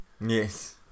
Yes